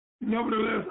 Nevertheless